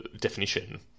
definition